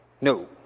No